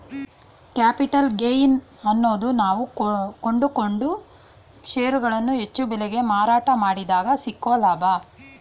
capital gain ಅನ್ನೋದು ನಾವು ಕೊಂಡುಕೊಂಡ ಷೇರುಗಳನ್ನು ಹೆಚ್ಚು ಬೆಲೆಗೆ ಮಾರಾಟ ಮಾಡಿದಗ ಸಿಕ್ಕೊ ಲಾಭ